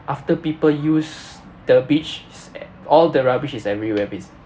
after people use the beach all the rubbish is everywhere basically